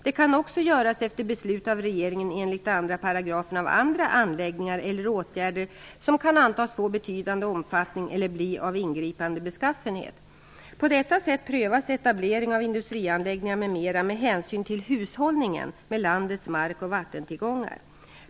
Det kan också göras efter beslut av regeringen enligt 2 § av andra anläggningar eller åtgärder som kan antas få betydande omfattning eller bli av ingripande beskaffenhet. På detta sätt prövas etablering av industrianläggningar m.m. med hänsyn till hushållningen med landets mark och vattentillgångar.